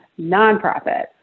nonprofit